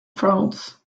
france